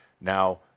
now